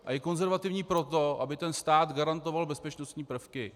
A je konzervativní proto, aby stát garantoval bezpečnostní prvky.